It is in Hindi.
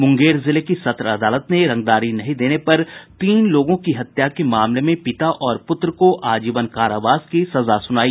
मुंगेर जिले की सत्र अदालत ने रंगदारी नहीं देने पर तीन लोगों की हत्या के मामले में पिता और पुत्र को आजीवन कारावास की सजा सुनाई